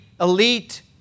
elite